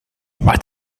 what